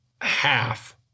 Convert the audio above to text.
half